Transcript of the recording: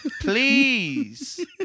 Please